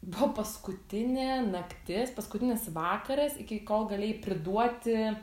bo paskutinė naktis paskutinis vakaras iki kol galėjai priduoti